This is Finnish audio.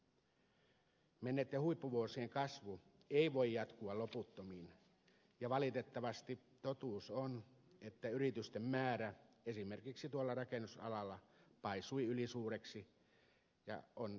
menneitten huippuvuosien kasvu ei voi jatkua loputtomiin ja valitettavasti totuus on että yritysten määrä esimerkiksi tuolla rakennusalalla paisui ylisuureksi ja ala on nyt kärsivä tämänkin johdosta